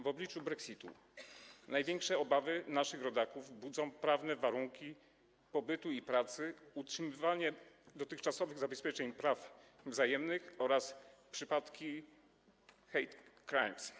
W obliczu brexitu największe obawy naszych rodaków budzą prawne warunki pobytu i pracy, utrzymywanie dotychczasowych zabezpieczeń praw wzajemnych oraz przypadki hate crimes.